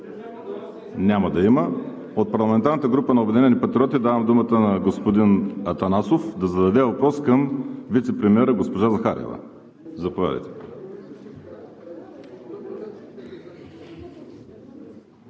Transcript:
Няма да има. От парламентарната група на „Обединени патриоти“ давам думата на господин Атанасов да зададе въпрос към вицепремиера госпожа Захариева. Заповядайте.